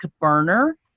burner